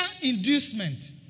Inducement